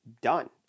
done